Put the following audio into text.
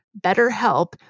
BetterHelp